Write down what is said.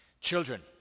Children